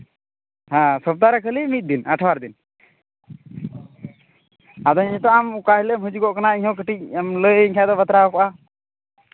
ᱜᱮᱸ ᱥᱚᱯᱛᱟᱦᱚᱨᱮ ᱠᱷᱟᱹᱞᱤ ᱢᱤᱫ ᱫᱤᱱ ᱟᱴᱷᱣᱟᱨ ᱫᱤᱱ ᱟᱫᱚ ᱱᱤᱛᱚᱜ ᱟᱢ ᱚᱠᱟ ᱦᱤᱞᱳᱜ ᱮᱢ ᱦᱤᱡᱩᱜᱚᱜ ᱠᱟᱱᱟ ᱤᱧᱦᱚᱸ ᱠᱟᱹᱴᱤᱡ ᱮᱢ ᱞᱟᱹᱭᱟᱹᱧ ᱠᱷᱟᱱ ᱫᱚ ᱵᱟᱛᱨᱟᱣ ᱠᱚᱜᱼᱟ